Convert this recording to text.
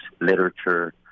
literature